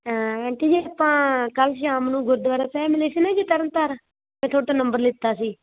aunty ji ਆਪਾਂ ਕੱਲ੍ਹ ਸ਼ਾਮ ਨੂੰ ਗੁਰਦੁਆਰਾ ਸਾਹਿਬ ਮਿਲੇ ਸੀ ਨਾ ਜੀ ਤਰਨ ਤਾਰਨ ਮੈਂ ਤੁਹਾਡੇ ਤੋਂ ਨੰਬਰ ਲਿੱਤਾ ਸੀ